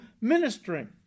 ministering